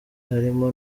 harimo